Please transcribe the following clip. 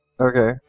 Okay